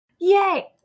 yay